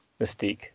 Mystique